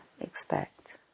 expect